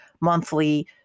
monthly